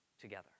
together